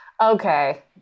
Okay